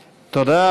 תודה.